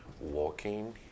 Walking